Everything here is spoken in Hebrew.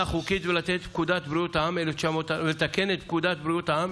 חוקית ולתקן את פקודת בריאות העם,